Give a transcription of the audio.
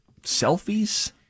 selfies